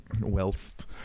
Whilst